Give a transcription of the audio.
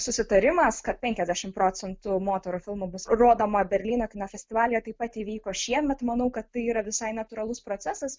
susitarimas kad penkiasdešimt procentų moterų filmų bus rodoma berlyno kino festivalyje taip pat įvyko šiemet manau kad tai yra visai natūralus procesas